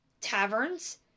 taverns